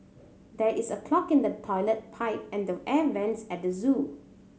there is a clog in the toilet pipe and the air vents at the zoo